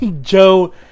Joe